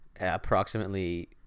approximately